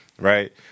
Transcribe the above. Right